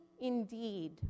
indeed